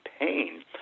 pain